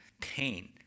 pain